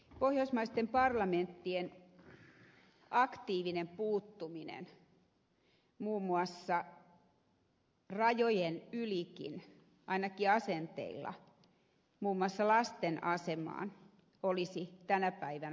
pohjoismaisten parlamenttien aktiivinen puuttuminen rajojen ylikin ainakin asenteilla muun muassa lasten asemaan olisi tänä päivänä aiheellista